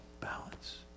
balance